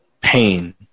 pain